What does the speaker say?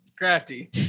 Crafty